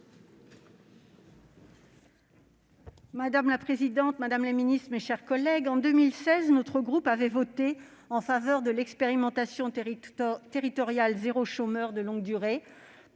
Madame la présidente, mesdames les ministres, mes chers collègues, en 2016, le groupe CRCE avait voté en faveur de l'expérimentation « territoires zéro chômeur de longue durée